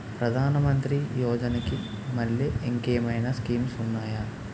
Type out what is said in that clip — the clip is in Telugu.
ప్రధాన మంత్రి యోజన కి మల్లె ఇంకేమైనా స్కీమ్స్ ఉన్నాయా?